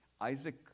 Isaac